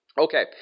Okay